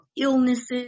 illnesses